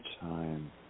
time